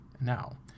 now